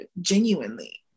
genuinely